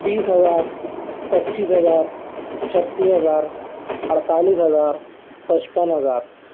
بیس ہزار پچیس ہزار چھتیس ہزار اڑتالیس ہزار پچپن ہزار